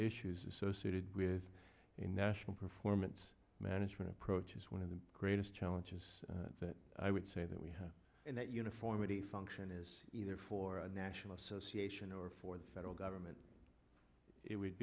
issues associated with a national performance management approach is one of the greatest challenges that i would say that we have and that uniformity function is either for a national association or for the federal government it would